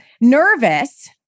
nervous